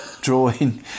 Drawing